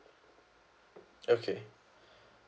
okay